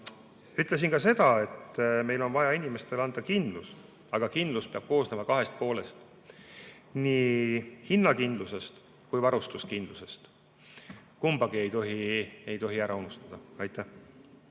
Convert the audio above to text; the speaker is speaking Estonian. Ütlesin ka seda, et meil on vaja inimestele anda kindlus, aga kindlus peab koosnema kahest poolest: nii hinnakindlusest kui ka varustuskindlusest. Kumbagi ei tohi ära unustada. Yoko